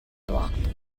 blocked